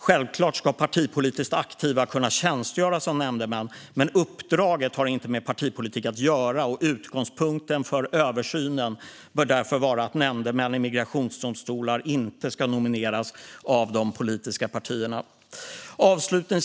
Självklart ska partipolitiskt aktiva kunna tjänstgöra som nämndemän, men uppdraget har inte med partipolitik att göra. Utgångspunkten för översynen bör därför vara att nämndemän i migrationsdomstolar inte ska nomineras av de politiska partierna. Fru talman!